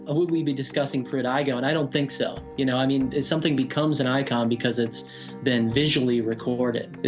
ah would we be discussing pruitt-igoe and i don't think so. you know i mean, if something becomes an icon because it's been visually recorded,